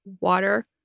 Water